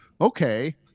okay